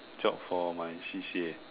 job for my C_C_A